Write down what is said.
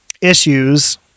issues